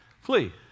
flee